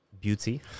Beauty